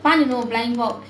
fun you know flying fox